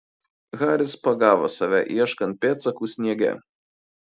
haris pagavo save ieškant pėdsakų sniege